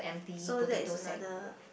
so that's another